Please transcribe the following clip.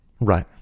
Right